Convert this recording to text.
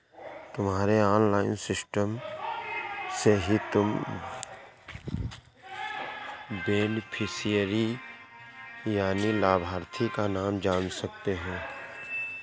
तुम्हारे online system से ही तुम बेनिफिशियरी यानि लाभार्थी का नाम जान सकते हो